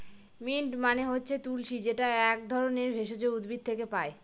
mint মানে হচ্ছে তুলশী যেটা এক ধরনের ভেষজ উদ্ভিদ থেকে পায়